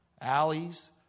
alleys